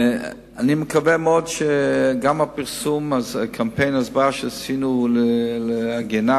אני מקווה מאוד שגם קמפיין ההסברה שעשינו על היגיינה